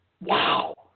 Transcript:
Wow